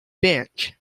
bench